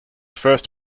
first